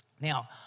Now